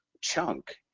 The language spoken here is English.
Chunk